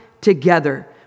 together